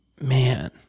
Man